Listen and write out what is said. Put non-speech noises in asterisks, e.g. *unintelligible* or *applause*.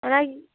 ᱚᱱᱟᱜᱮ *unintelligible*